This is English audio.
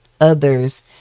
others